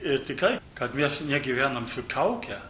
ir tikrai kad mes negyvenam su kauke